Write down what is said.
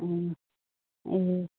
ए